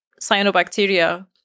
cyanobacteria